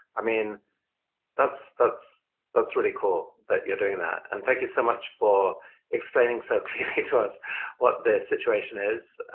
i mean that's really that's really cool that you're doing that, and thank you so much for explaining so clearly to us what the situation is.